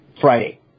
Friday